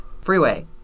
freeway